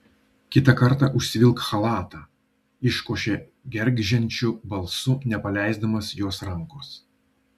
kitą kartą užsivilk chalatą iškošė gergždžiančiu balsu nepaleisdamas jos rankos